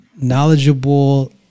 Knowledgeable